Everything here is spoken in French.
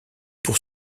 pour